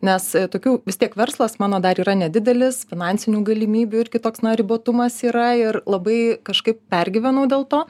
nes tokių vis tiek verslas mano dar yra nedidelis finansinių galimybių irgi toks na ribotumas yra ir labai kažkaip pergyvenau dėl to